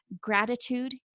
Gratitude